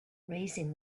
raising